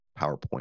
PowerPoint